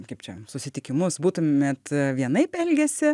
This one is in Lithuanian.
kaip čia susitikimus būtumėt vienaip elgęsi